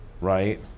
Right